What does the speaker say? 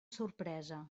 sorpresa